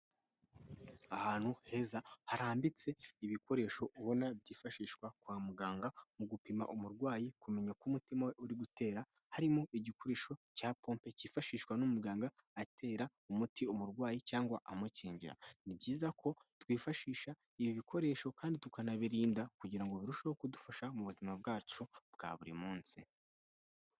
Ahantu heza harambitse ibikoresho ubona byifashishwa kwa muganga mu gupima umurwayi kumenya ko umutima we uri gutera harimo igikoresho cya pompe cyifashishwa n'umuganga atera umuti umurwayi cyangwa amukingira. Ni byiza ko twifashisha ibi bikoresho kandi tukanabirinda kugira ngo birusheho kudufasha mu buzima bwacu bwa buri munsi.